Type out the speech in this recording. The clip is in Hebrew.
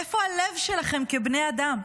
איפה הלב שלכם כבני אדם?